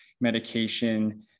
medication